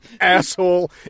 asshole